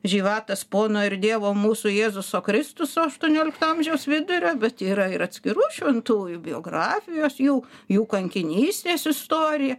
živatas pono ir dievo mūsų jėzuso kristus aštuoniolikto amžiaus vidurio bet yra ir atskirų šventųjų biografijos jų jų kankinystės istorija